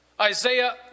Isaiah